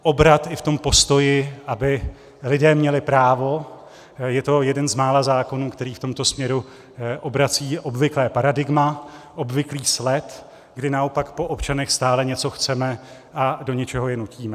Obrat i v tom postoji, aby lidé měli právo je to jeden z mála zákonů, který v tomto směru obrací obvyklé paradigma, obvyklý sled, kdy naopak po občanech stále něco chceme a do něčeho je nutíme.